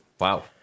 Wow